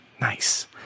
Nice